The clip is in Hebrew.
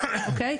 אוקי,